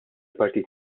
partit